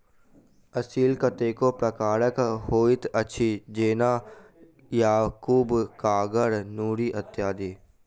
असील कतेको प्रकारक होइत अछि, जेना याकूब, कागर, नूरी इत्यादि